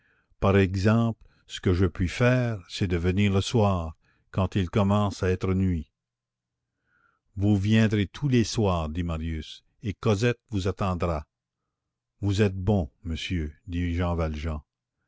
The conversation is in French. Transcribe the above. par exemple ce que je puis faire c'est de venir le soir quand il commence à être nuit vous viendrez tous les soirs dit marius et cosette vous attendra vous êtes bon monsieur dit jean valjean